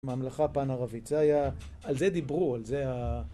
ממלכה פאנה רביציה, על זה דיברו, על זה ה...